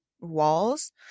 walls